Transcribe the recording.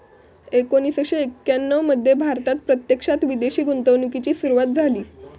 एकोणीसशे एक्याण्णव मध्ये भारतात प्रत्यक्षात विदेशी गुंतवणूकीची सुरूवात झाली